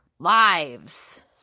Lives